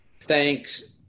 thanks